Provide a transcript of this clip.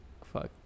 fuck